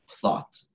plot